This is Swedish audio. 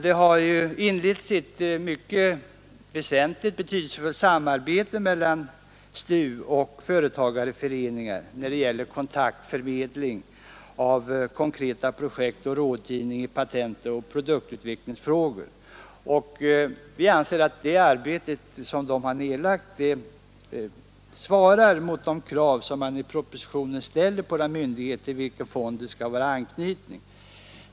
Det har också inletts ett mycket väsentligt och betydelsefullt samarbete mellan STU och företagarföreningar när det gäller förmedling av kontakter i konkreta projekt samt rådgivning i patentoch produktutvecklingsfrågor, och vi anser att det arbete som där nedlagts svarar mot de krav som man i propositionen ställer på den myndighet som fonden skall vara anknuten till.